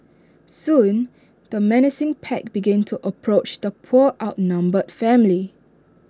soon the menacing pack began to approach the poor outnumbered family